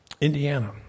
Indiana